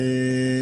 הבנקים.